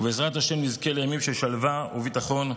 ובעזרת השם נזכה לימים של שלווה וביטחון,